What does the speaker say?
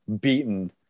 beaten